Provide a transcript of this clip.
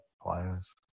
players